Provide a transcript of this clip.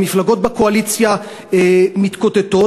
המפלגות בקואליציה מתקוטטות,